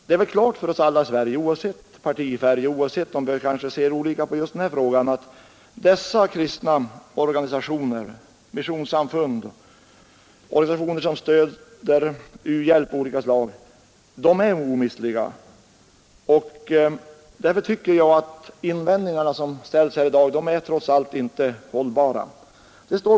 Det är väl klart för oss alla i Sverige, oavsett partifärg och oavsett om vi kanske ser olika på just den här frågan, att dessa kristna organisationer, missionssamfund och organisationer som stöder u-hjälp av olika slag är omistliga. Därför tycker jag att de invändningar som reses här i dag trots allt inte är hållbara.